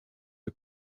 are